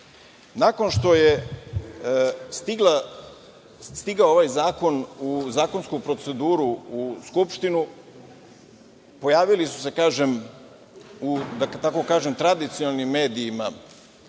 što je stigao ovaj zakonu u zakonsku proceduru u Skupštinu, pojavili su se, dakle tako kažem, tradicionalnim medijima